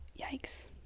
Yikes